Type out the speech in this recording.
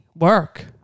work